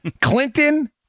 Clinton